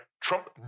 Trump